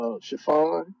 chiffon